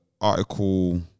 article